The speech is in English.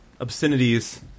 obscenities